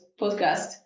podcast